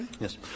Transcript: Yes